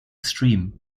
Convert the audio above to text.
xtreme